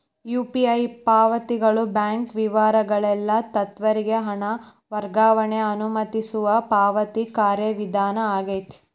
UPI ಪಾವತಿಗಳು bank ವಿವರಗಳಿಲ್ಲದ ತ್ವರಿತ ಹಣ ವರ್ಗಾವಣೆಗ ಅನುಮತಿಸುವ ಪಾವತಿ ಕಾರ್ಯವಿಧಾನ ಆಗೆತಿ